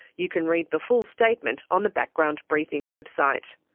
you can read the full statement on the background briefing website.